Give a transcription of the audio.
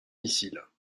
missiles